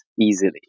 easily